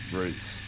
roots